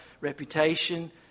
reputation